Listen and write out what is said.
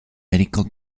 medical